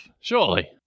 surely